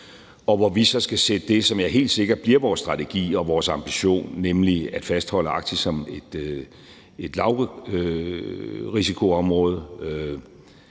hvor vi så skal sætte det, som helt sikkert bliver vores strategi og vores ambition, igennem, nemlig at fastholde Arktis som et lavrisikoområde,